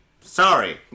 Sorry